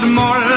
more